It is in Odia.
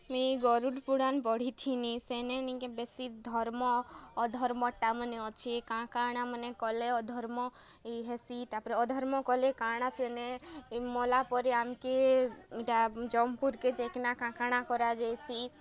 ମୁଇଁ ଗରୁଡ଼୍ ପୁରାନ୍ ପଢ଼ିଥିନି ସେନେ ନିକେଁ ବେଶୀ ଧର୍ମ ଅଧର୍ମଟା ମାନେ ଅଛେ କାଁ କାଣା ମାନେ କଲେ ଅଧର୍ମ ହେସି ତାର୍ ପରେ ଅଧର୍ମ କଲେ କାଣା ସେନେ ଇ ମଲାପରେ ଆମକେ ଇଟା ଯମପୁରକେ ଯାଇକିନା କାଣା କାଣା କରାଯାଏସି